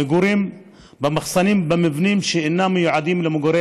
מגורים במחסנים ובמבנים שאינם מיועדים למגורי